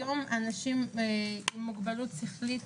היום אנשים עם מוגבלות שכלית,